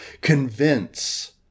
convince